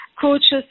coaches